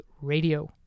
Radio